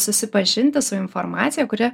susipažinti su informacija kuri